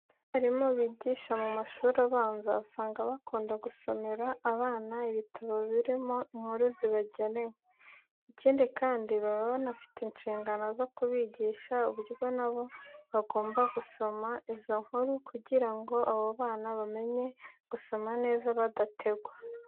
Abarimu bigisha mu mashuri abanza, usanga bakunda gusomera abana ibitabo birimo inkuru zibagenewe. Ikindi kandi, baba banafite inshingano zo kubigisha uburyo na bo bagomba gusoma izo nkuru kugira ngo abo bana bamenye gusoma neza badategwa.